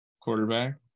quarterback